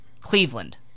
Cleveland